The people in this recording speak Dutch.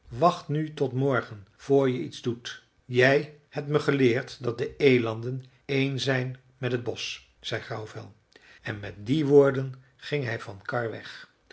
wacht nu tot morgen vr je iets doet jij hebt me geleerd dat de elanden één zijn met het bosch zei grauwvel en met die woorden ging hij van karr weg